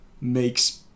makes